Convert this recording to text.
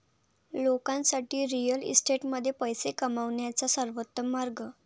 लोकांसाठी रिअल इस्टेटमध्ये पैसे कमवण्याचा सर्वोत्तम मार्ग